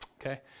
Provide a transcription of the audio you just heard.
Okay